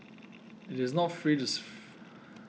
it is not safe to freeze